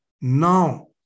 now